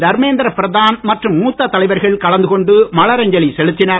தர்மேந்திர பிரதான் மற்றும் மூத்த தலைவர்கள் கலந்து கொண்டு மலரஞ்சலி செலுத்தினர்